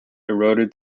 eroded